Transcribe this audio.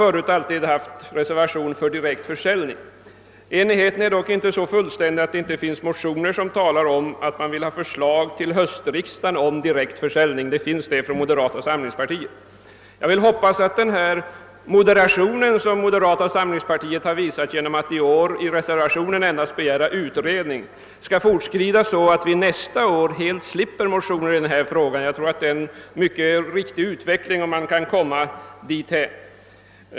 Förut hade man alltid haft en reservation för direkt försäljning av statliga aktier. Enigheten är dock inte så fullständig att det inte finns motioner från moderata samlingspartiet, i vilka man talar om att man vill ha förslag till höstriksdagen om direkt försäljning. Jag hoppas att den moderation som moderata samlingspartiet visat genom att i år i reservationen endast begära en ut redning skall bestå så att vi nästa år helt slipper motioner i "denna fråga. Jag tror att det är en riktig utveckling, om man kan komma dithän.